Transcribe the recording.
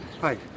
Hi